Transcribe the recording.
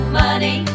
money